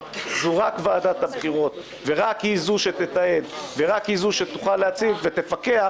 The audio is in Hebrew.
זו רק ועדת הבחירות ורק היא זו שתתעד ורק היא זו שתוכל לפקח,